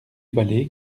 vallées